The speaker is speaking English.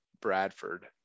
Bradford